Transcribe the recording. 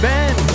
Ben